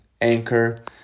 Anchor